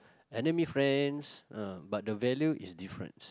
enemy friends ah but the value is difference